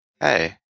Hey